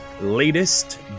latest